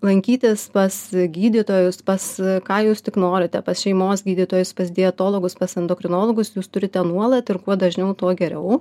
lankytis pas gydytojus pas ką jūs tik norite pas šeimos gydytojus pas dietologus pas endokrinologus jūs turite nuolat ir kuo dažniau tuo geriau